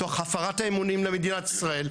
תוך הפרת אמונים למדינת ישראל,